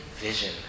vision